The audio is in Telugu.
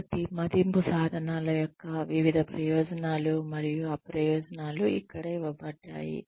కాబట్టి మదింపు సాధనాల యొక్క వివిధ ప్రయోజనాలు మరియు అప్రయోజనాలు ఇక్కడ ఇవ్వబడ్డాయి